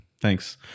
Thanks